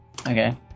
Okay